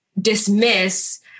dismiss